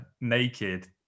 naked